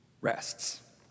rests